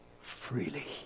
freely